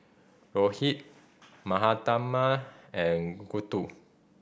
Rohit Mahatma and Gouthu